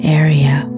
area